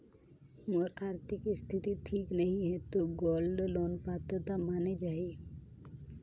मोर आरथिक स्थिति ठीक नहीं है तो गोल्ड लोन पात्रता माने जाहि?